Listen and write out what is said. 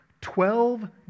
Twelve